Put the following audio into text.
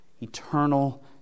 Eternal